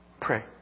Pray